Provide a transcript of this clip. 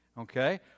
okay